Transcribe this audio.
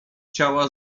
ciała